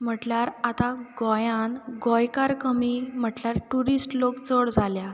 म्हटल्यार आतां गोंयान गोंयकार कमी म्हटल्यार ट्युरिस्ट लोक चड जाल्यात